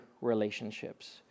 relationships